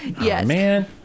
Yes